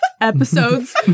episodes